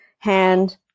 hand